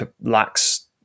lacks